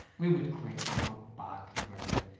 we would quit, we go back to berlin.